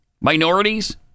minorities